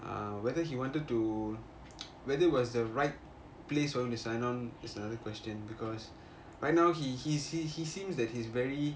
err whether he wanted to whether it was the right place for him sign on is another question because right now he he he seems that he's very